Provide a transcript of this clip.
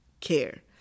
care